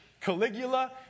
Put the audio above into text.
Caligula